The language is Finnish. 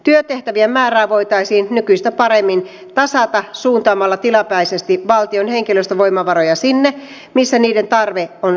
työtehtävien määrää voitaisiin nykyistä paremmin tasata suuntaamalla tilapäisesti valtion henkilöstövoimavaroja sinne missä niiden tarve on suuri